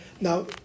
Now